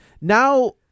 now